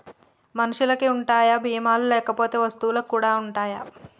మనుషులకి ఉంటాయా బీమా లు లేకపోతే వస్తువులకు కూడా ఉంటయా?